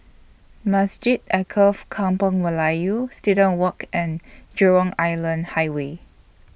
Masjid Alkaff Kampung Melayu Student Walk and Jurong Island Highway